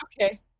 okay